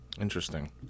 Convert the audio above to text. Interesting